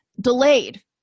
Delayed